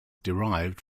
derived